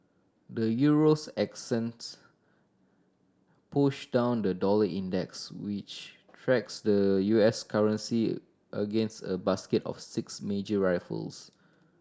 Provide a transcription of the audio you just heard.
the Euro's ascents pushed down the dollar index which tracks the U S currency against a basket of six major rivals